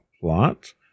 plot